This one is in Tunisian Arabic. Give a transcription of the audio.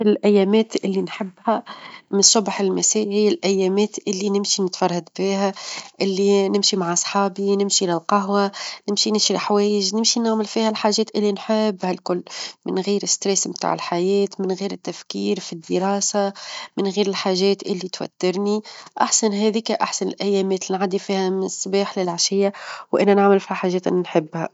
أكثر الأيامات اللي نحبها من صبح للمساء هي الأيامات اللي نمشي نتفرهد فيها، اللي نمشي مع أصحابي، نمشي للقهوة، نمشي نشري حوايج، نمشي نعمل فيها الحاجات اللي نحبها الكل، من غير الظغط نتاع الحياة، من غير التفكير في الدراسة، من غير الحاجات اللي توترني، -احسن هذيك- أحسن أيامي تنعدي فيها من الصباح للعشية وأنا نعمل فيها حاجات نحبها.